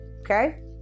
okay